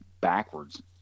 backwards